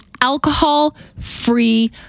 alcohol-free